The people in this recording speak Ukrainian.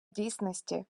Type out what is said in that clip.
дійсності